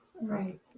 Right